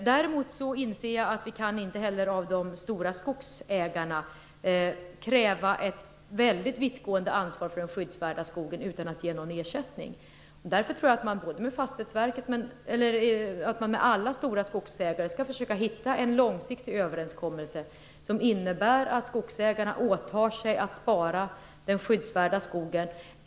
Däremot inser jag att vi inte heller kan kräva ett mycket vittgående ansvar för den skyddsvärda skogen av de stora skogsägarna utan att ge någon ersättning. Därför tror jag att man skall försöka hitta en långsiktig överenskommelse med alla stora skogsägare som innebär att skogsägarna åtar sig att spara den skyddsvärda skogen.